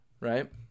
right